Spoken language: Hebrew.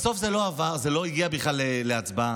בסוף זה לא הגיע בכלל להצבעה,